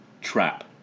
trap